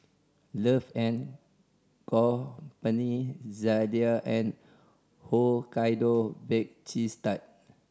Love and Company Zalia and Hokkaido Bake Cheese Tart